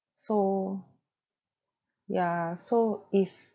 so ya so if